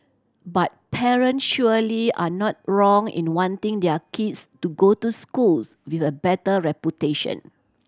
but parent surely are not wrong in wanting their kids to go to schools with a better reputation